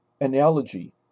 analogy